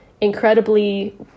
incredibly